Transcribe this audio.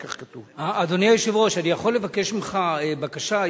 אדוני היושב-ראש, אני יכול לבקש ממך בקשה?